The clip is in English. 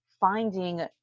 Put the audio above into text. finding